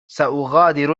سأغادر